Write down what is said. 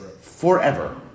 forever